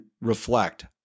reflect